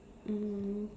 um